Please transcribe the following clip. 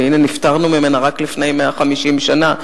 והנה נפטרנו ממנה רק לפני 150 שנה.